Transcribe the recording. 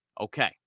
Okay